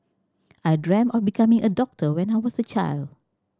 I dreamt of becoming a doctor when I was a child